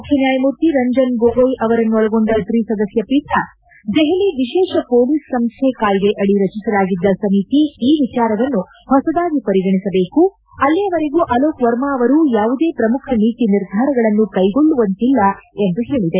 ಮುಖ್ಯಸ್ಥಾಯಮೂರ್ತಿ ರಂಜನ್ ಗೊಗೊಯ್ ಅವರನ್ನೊಳಗೊಂಡ ತ್ರಿ ಸದಸ್ಯ ಪೀಠ ದೆಹಲಿ ವಿಶೇಷ ಮೊಲೀಸ್ ಸಂಸ್ವೆ ಕಾಯ್ದೆ ಅಡಿ ರಚಿಸಲಾಗಿದ್ದ ಸಮಿತಿ ಈ ವಿಚಾರವನ್ನು ಹೊಸದಾಗಿ ಪರಿಗಣಿಸಬೇಕು ಅಲ್ಲಿಯವರೆಗೂ ಅಲೋಕ್ ವರ್ಮಾ ಅವರು ಯಾವುದೇ ಪ್ರಮುಖ ನೀತಿ ನಿರ್ಧಾರಗಳನ್ನು ಕ್ಲೆಗೊಳ್ದುವಂತಿಲ್ಲ ಹೇಳದೆ